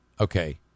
Okay